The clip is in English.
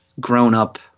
grown-up